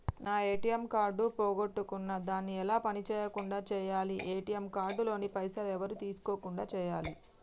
నా ATM card పోగొట్టుకున్నా దాన్ని ఎలా పని చేయకుండా చేయాలి ఏ.టి.ఎమ్ కార్డు లోని పైసలు ఎవరు తీసుకోకుండా చేయాలి?